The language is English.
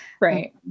Right